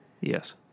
Yes